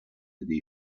dei